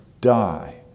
die